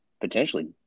potentially